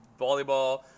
volleyball